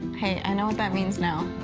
hey, i know what that means now.